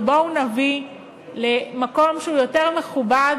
ובואו נביא למקום שהוא יותר מכובד